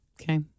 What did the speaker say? Okay